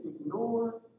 ignore